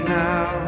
now